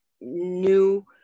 new